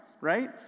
right